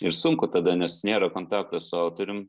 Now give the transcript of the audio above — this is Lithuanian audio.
ir sunku tada nes nėra kontakto su autorium